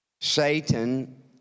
Satan